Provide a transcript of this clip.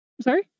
sorry